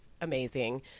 amazing